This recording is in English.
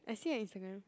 I see your Instagram